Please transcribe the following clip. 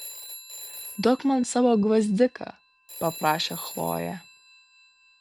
duok man savo gvazdiką paprašė chlojė